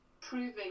proving